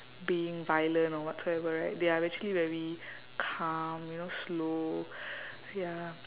being violent or whatsoever right they are actually very calm you know slow ya